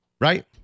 right